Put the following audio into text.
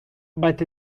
but